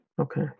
Okay